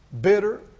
bitter